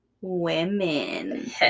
women